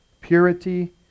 Purity